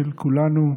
של כולנו,